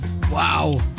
Wow